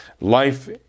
life